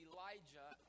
Elijah